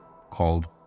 called